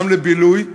גם לבילוי,